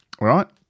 right